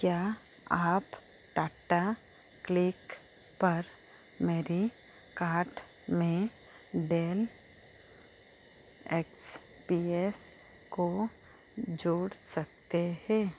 क्या आप टाटा क्लिक पर मेरी कार्ट में डेन एक्स पी एस को जोड़ सकते हैं